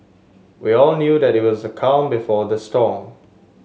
we all knew that it was the calm before the storm